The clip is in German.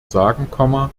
sagen